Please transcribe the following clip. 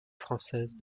française